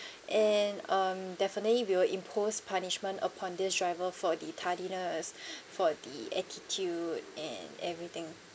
and um definitely we will impose punishment upon this driver for the tardiness for the attitude and everything